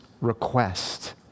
request